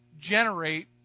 generate